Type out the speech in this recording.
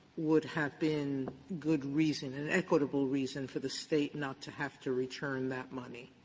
would have been good reason, an equitable reason for the state not to have to return that money.